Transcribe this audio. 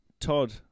Todd